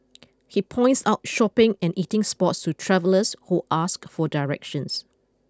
he points out shopping and eating spots to travellers who ask for directions